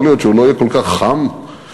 יכול להיות שהוא לא יהיה כל כך חם וורדרד,